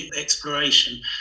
exploration